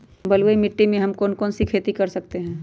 बलुई मिट्टी में हम कौन कौन सी खेती कर सकते हैँ?